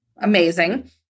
amazing